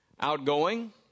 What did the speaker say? outgoing